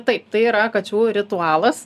taip tai yra kačių ritualas